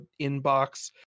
inbox